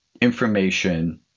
information